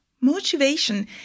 Motivation